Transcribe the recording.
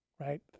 Right